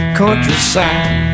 countryside